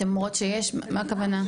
אתן אומרות שיש מה הכוונה?